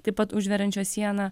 taip pat užveriančios sieną